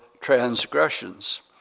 transgressions